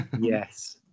Yes